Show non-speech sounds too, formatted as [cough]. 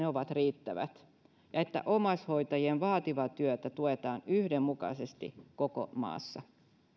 [unintelligible] ovat riittävät ja että omaishoitajien vaativaa työtä tuetaan yhdenmukaisesti koko maassa